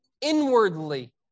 inwardly